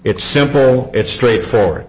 it's simple it's straightforward